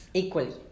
equally